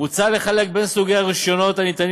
מוצע לחלק בין סוגי הרישיונות הניתנים